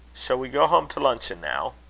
shall we go home to luncheon now?